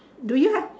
do you have